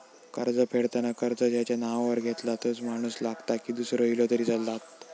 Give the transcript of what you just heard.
कर्ज फेडताना कर्ज ज्याच्या नावावर घेतला तोच माणूस लागता की दूसरो इलो तरी चलात?